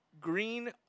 Green